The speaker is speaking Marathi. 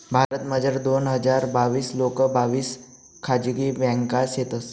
भारतमझार दोन हजार बाविस लोंग बाविस खाजगी ब्यांका शेतंस